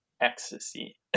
ecstasy